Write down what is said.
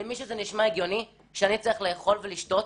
למישהו זה נשמע הגיוני שאני צריך לאכול ולשתות